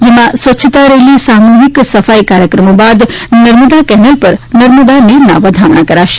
જેમાં સ્વચ્છતા રેલી સામૂહિક સફાઇ કાર્યક્રમો બાદ નર્મદા કેનાલ પર નર્મદા નીરના વધામણા કરાશે